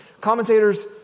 Commentators